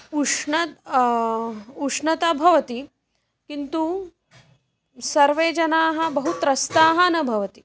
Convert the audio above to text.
उष्णः उष्णता भवति किन्तु सर्वे जनाः बहुत्रस्ताः न भवन्ति